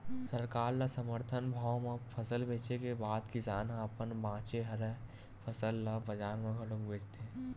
सरकार ल समरथन भाव म फसल बेचे के बाद किसान ह अपन बाचे हरय फसल ल बजार म घलोक बेचथे